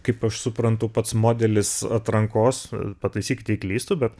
kaip aš suprantu pats modelis atrankos pataisykit jei klystu bet